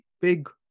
big